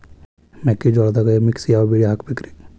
ಮೆಕ್ಕಿಜೋಳದಾಗಾ ಮಿಕ್ಸ್ ಯಾವ ಬೆಳಿ ಹಾಕಬೇಕ್ರಿ?